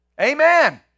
Amen